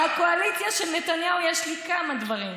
על הקואליציה של נתניהו יש לי כמה דברים: